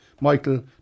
Michael